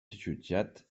jutjat